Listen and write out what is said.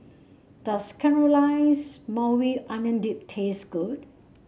does Caramelize Maui Onion Dip taste good